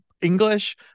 English